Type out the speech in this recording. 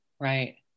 Right